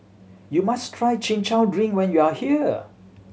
you must try Chin Chow drink when you are here